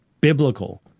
biblical